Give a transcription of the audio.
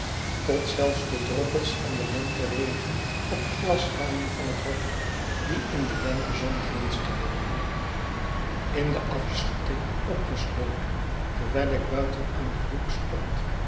tot zelfs de droppels van den lenteregen op de glasramen van het hof die in de lentezon glinsterden in de afschutting opgesloten terwijl ik buiten aan den hoek stond